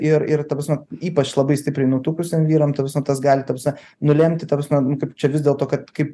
ir ir ta prasme ypač labai stipriai nutukusiem vyram ta prasme tas gali ta prasme nulemti ta prasme kaip čia vis dėlto kad kaip